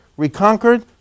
reconquered